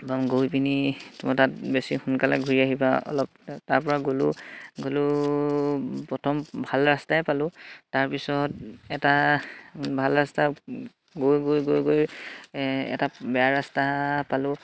গৈ পিনি তোমালোক তাত বেছি সোনকালে ঘূৰি আহিবা অলপ তাৰপৰা গ'লোঁ গ'লোঁ প্ৰথম ভাল ৰাস্তাই পালোঁ তাৰপিছত এটা ভাল ৰাস্তা গৈ গৈ গৈ গৈ এটা বেয়া ৰাস্তা পালোঁ